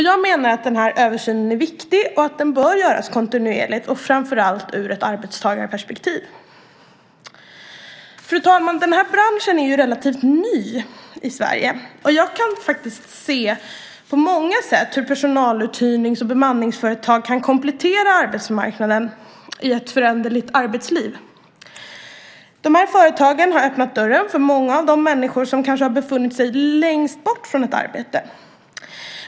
Jag menar att den här översynen är viktig och att den bör göras kontinuerligt, framför allt ur ett arbetstagarperspektiv. Fru talman! Den här branschen är ju relativt ny i Sverige. Jag kan faktiskt se på många sätt hur personaluthyrnings och bemanningsföretag kan komplettera arbetsmarknaden i ett föränderligt arbetsliv. De här företagen har öppnat dörren för många av de människor som kanske har befunnit sig längst bort från ett arbete.